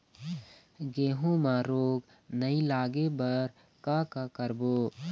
गेहूं म रोग नई लागे बर का का करबो?